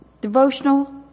devotional